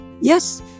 Yes